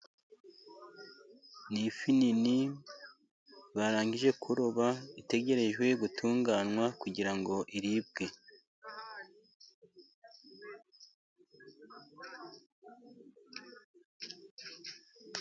Ni ifi nini barangije kuroba, itegerejwe gutunganywa, kugira ngo iribwe.